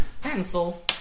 Pencil